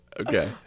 Okay